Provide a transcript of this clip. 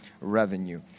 revenue